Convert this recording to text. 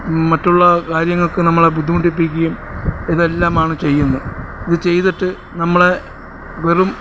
മറ്റുള്ള കാര്യങ്ങൾക്ക് നമ്മളെ ബുദ്ധിമുട്ടിപ്പിക്കുകയും ഇതെല്ലാമാണ് ചെയ്യുന്നത് ഇത് ചെയ്തിട്ട് നമ്മളെ വെറും